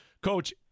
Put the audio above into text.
Coach